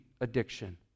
addiction